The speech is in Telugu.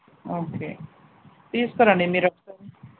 ఓకే తీసుకురండి మీరు ఒకసారి